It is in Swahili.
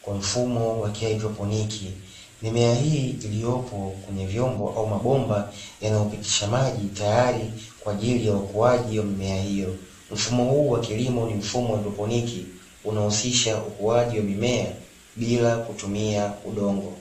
kwa mfumo wa kihaidroponiki, mimea hii iliyopo kwenye vyombo au mabomba yanayopitisha maji, tayari kwa ajili ya ukuaji wa mimea hiyo. Mfumo huu wa kilimo ni mfumo wa haidroponiki, unahusisha ukuaji wa mimea bila kutumia udongo.